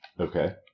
Okay